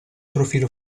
profilo